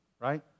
right